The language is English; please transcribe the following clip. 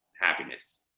happiness